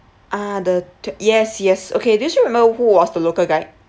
ah the tou~ yes yes okay do you still remember who was the local guide